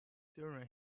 during